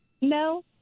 No